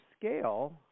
scale